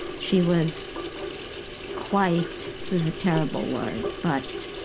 she was quite this is a terrible word but